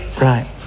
Right